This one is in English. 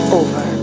over